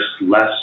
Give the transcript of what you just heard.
less